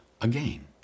again